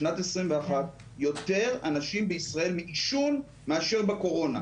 בשנת 2021 יותר אנשים בישראל מעישון מאשר בקורונה.